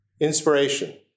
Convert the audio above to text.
inspiration